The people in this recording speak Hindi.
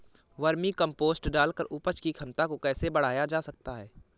वर्मी कम्पोस्ट डालकर उपज की क्षमता को कैसे बढ़ाया जा सकता है?